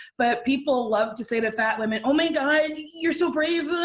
but people love to say to fat women, oh, my god. you're so brave. ah